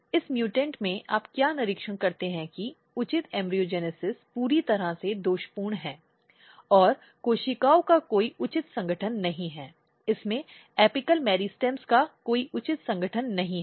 इस म्यूटेंट में आप क्या निरीक्षण करते हैं कि उचित भ्रूणजनन पूरी तरह से दोषपूर्ण है और कोशिकाओं का कोई उचित संगठन नहीं है इसमें एपिकॅल मेरिस्टेमस का कोई उचित संगठन नहीं है